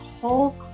whole